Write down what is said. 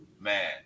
Man